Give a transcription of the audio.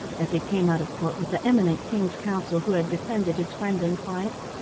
as he came out of court with the eminent king's counsel who had defended his friend and client,